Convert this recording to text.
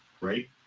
right